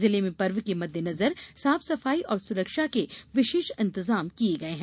जिले में पर्व के मद्देनजर साफसफाई और सुरक्षा के विशेष इंतजाम किये गये हैं